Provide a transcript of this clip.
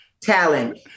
talent